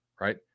right